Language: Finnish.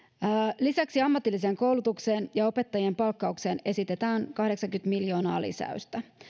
lisäksi ammatilliseen koulutukseen ja opettajien palkkaukseen esitetään kahdeksankymmentä miljoonaa lisäystä